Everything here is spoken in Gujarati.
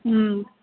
હમ